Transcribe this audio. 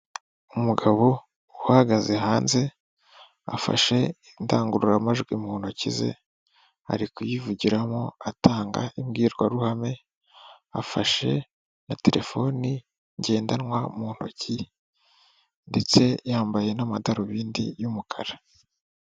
Umugabo uhagaze hanze afashe indangururamajwi mu ntoki ze, ari kuyivugiramo atanga imbwirwaruhame afashe na terefoni ngendanwa mu ntoki, ndetse yambaye n'amadarubindi y'umukara.